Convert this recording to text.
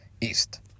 east